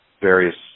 various